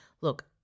Look